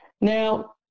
Now